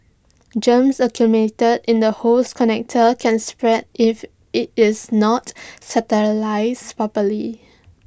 germs accumulated in the hose connector can spread if IT is not sterilised properly